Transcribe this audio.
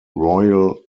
royal